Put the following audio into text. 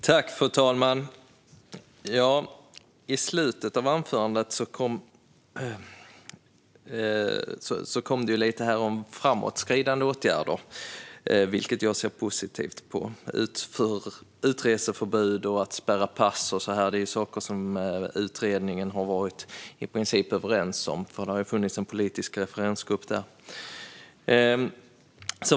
Fru talman! I slutet av anförandet nämndes lite om framåtskridande åtgärder, vilket jag ser positivt på. Utreseförbud och att spärra pass är saker som utredningen i princip har varit överens om. Det har ju funnits en politisk referensgrupp där.